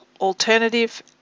alternative